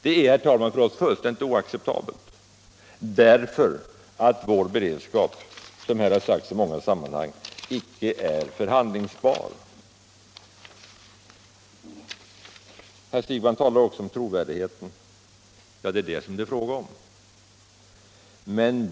Detta är, herr talman, fullständigt oacceptabelt, därför att vår beredskap —- som här har sagts i många sammanhang — inte är förhandlingsbar. Herr Siegbahn talar om trovärdigheten. Ja, det är den det gäller.